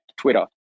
Twitter